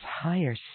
higher